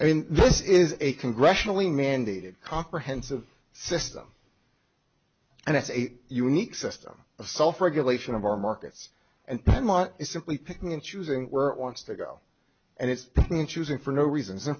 i mean this is a congressionally mandated comprehensive system and it's a unique system of self regulation of our markets and is simply picking and choosing where it wants to go and it's choosing for no reason